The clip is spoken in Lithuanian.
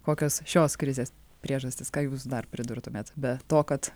kokios šios krizės priežastys ką jūs dar pridurtumėt be to kad